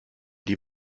die